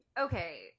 Okay